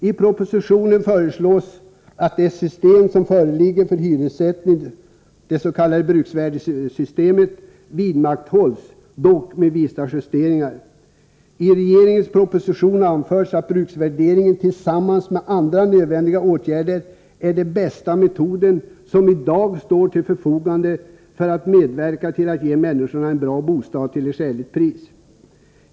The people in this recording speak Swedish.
I propositionen föreslås att det system som föreligger för hyressättning — det s.k. bruksvärdessystemet — vidmakthålls, dock med vissa justeringar. I regeringens proposition anförs att bruksvärderingen tillsammans med andra nödvändiga åtgärder är den bästa metod som i dag står till förfogande för att medverka till att ge människorna en bra bostad till ett skäligt pris.